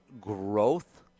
growth